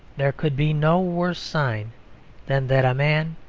there could be no worse sign than that a man,